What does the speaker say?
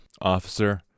Officer